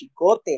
Chicote